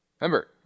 Remember